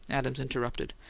adams interrupted.